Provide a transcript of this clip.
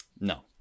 No